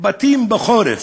בתים בחורף,